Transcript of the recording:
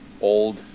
old